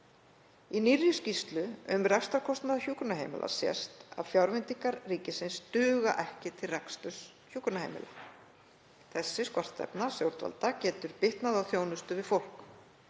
Í nýrri skýrslu um rekstrarkostnað hjúkrunarheimila sést að fjárveitingar ríkisins duga ekki til reksturs hjúkrunarheimila. Þessi skortstefna stjórnvalda getur bitnað á þjónustu við fólk.